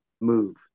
move